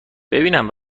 ببینم